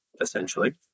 essentially